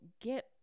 get